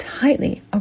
tightly